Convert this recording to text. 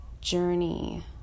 journey